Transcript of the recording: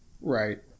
Right